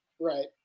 Right